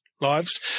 lives